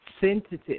sensitive